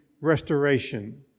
restoration